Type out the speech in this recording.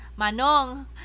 Manong